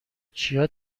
چیا